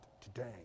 today